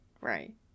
right